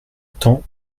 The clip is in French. temps